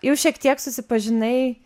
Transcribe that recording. jau šiek tiek susipažinai